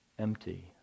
empty